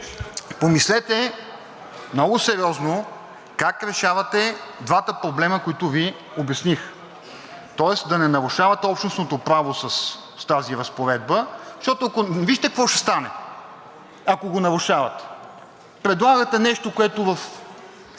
помислете много сериозно как решавате двата проблема, които Ви обясних, тоест да не нарушавате общностното право с тази разпоредба, защото вижте какво ще стане, ако го нарушавате! Предлагате нещо, което в